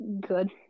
Good